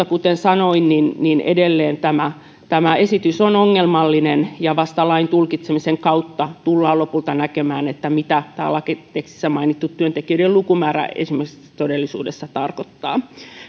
kuten sanoin edelleen tämä tämä esitys on ongelmallinen ja vasta lain tulkitsemisen kautta tullaan lopulta näkemään mitä esimerkiksi tämä lakitekstissä mainittu työntekijöiden lukumäärä todellisuudessa tarkoittaa